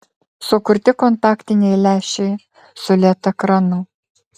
sukurti kontaktiniai lęšiai su led ekranu